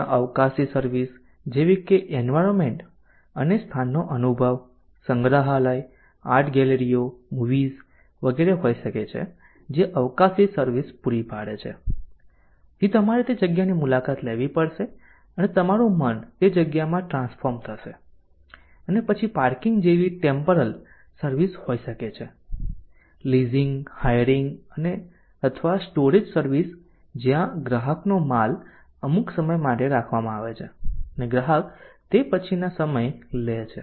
ત્યાં અવકાશી સર્વિસ જેવી કે એન્વાયરમેન્ટ અને સ્થાનનો અનુભવ સંગ્રહાલય આર્ટ ગેલેરીઓ મૂવીઝ વગેરે હોઈ શકે છે જે અવકાશી સર્વિસ પૂરી પાડે છે તેથી તમારે તે જગ્યાની મુલાકાત લેવી પડશે અને તમારું મન તે જગ્યામાં ટ્રાન્સફોર્મ થશે અને પછી પાર્કિંગ જેવી ટેમ્પોરલ સર્વિસ હોઈ શકે છે લીઝિંગ હાયરિંગ અથવા સ્ટોરેજ સર્વિસ જ્યાં 0908 ગ્રાહકનો માલ અમુક સમય માટે રાખવામાં આવે છે અને ગ્રાહક તે પછીના સમયે લે છે